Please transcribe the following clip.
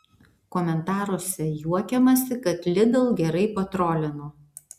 komentaruose juokiamasi kad lidl gerai patrolino